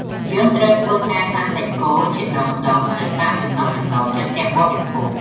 យើងត្រូវធ្វើការហាន់សាច់គោជាដុំៗទៅតាមចំណង់ចំណូលចិត្ត អ្នកបរិភោគ។